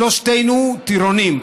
שלושתנו טירונים,